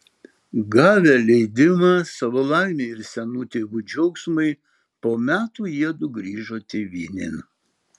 gavę leidimą savo laimei ir senų tėvų džiaugsmui po metų jiedu grįžo tėvynėn